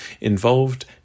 involved